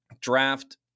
Draft